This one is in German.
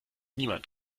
niemand